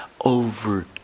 over